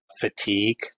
fatigue